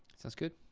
sounds good.